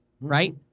right